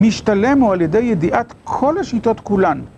משתלם הוא על ידי ידיעת כל השיטות כולן.